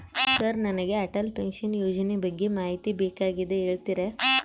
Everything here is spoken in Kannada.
ಸರ್ ನನಗೆ ಅಟಲ್ ಪೆನ್ಶನ್ ಯೋಜನೆ ಬಗ್ಗೆ ಮಾಹಿತಿ ಬೇಕಾಗ್ಯದ ಹೇಳ್ತೇರಾ?